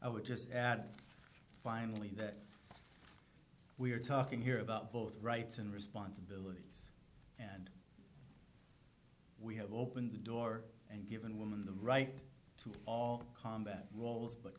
i would just add finally that we are talking here about both rights and responsibilities and we have opened the door and given women the right to all combat roles but